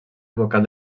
vocal